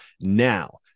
now